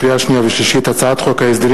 לקריאה שנייה ולקריאה שלישית: הצעת חוק ההסדרים